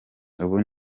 ubu